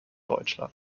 deutschland